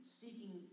seeking